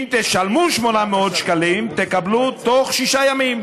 אם תשלמו 800 שקלים, תקבלו בתוך שישה ימים.